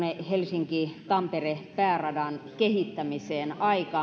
helsinki tampere pääradan kehittämiseen